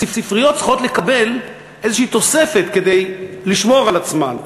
הספריות צריכות לקבל איזושהי תוספת כדי לשמור על עצמן,